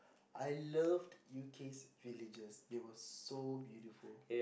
I loved Youcase villagers they were so beautiful